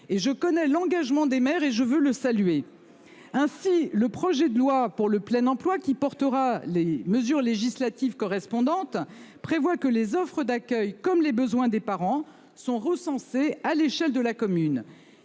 je connais l'engagement des maires et je veux le saluer ainsi le projet de loi pour le plein emploi qui portera les mesures législatives correspondante prévoit que les offres d'accueil comme les besoins des parents sont recensés à l'échelle de la commune.